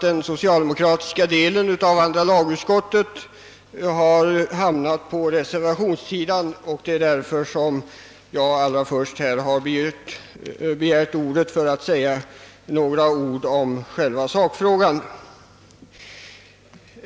Den socialdemokratiska delen av andra lagutskottet har avstyrkt motionen och hamnat på reservationssidan, och det är därför jag bar begärt ordet för att å reservanternas vägnar säga något i själva sakfrågan.